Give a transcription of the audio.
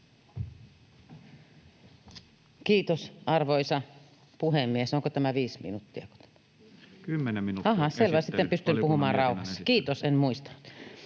Kiitos, arvoisa puhemies! Onko tämä viisi minuuttia? Aha, selvä, sitten pystyn puhumaan rauhassa. Kiitos, en muistanut.